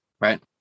right